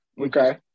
okay